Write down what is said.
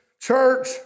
church